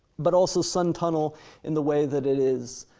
but also sun tunnel in the way that it is